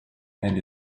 and